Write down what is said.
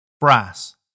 Brass